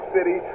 City